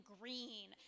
green